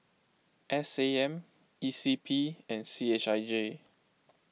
S A M E C P and C H I J